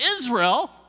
Israel